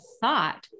thought